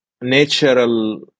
natural